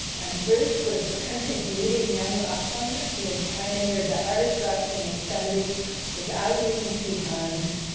and bruce was the country's leading young rock climber. he had pioneered the hardest routes in yosemite without using pitons.